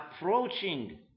approaching